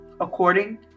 According